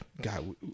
god